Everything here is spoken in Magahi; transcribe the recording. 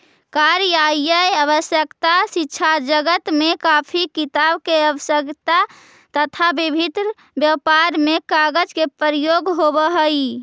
कार्यालयीय आवश्यकता, शिक्षाजगत में कॉपी किताब के आवश्यकता, तथा विभिन्न व्यापार में कागज के प्रयोग होवऽ हई